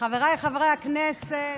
חבריי חברי הכנסת.